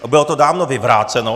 A bylo to dávno vyvráceno.